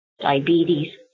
diabetes